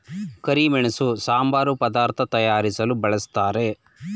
ಕರಿಮೆಣಸು ಸಾಂಬಾರು ಪದಾರ್ಥ ತಯಾರಿಸಲು ಬಳ್ಸತ್ತರೆ